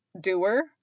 doer